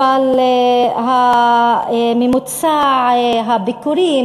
אבל ממוצע הביקורים,